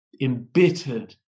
embittered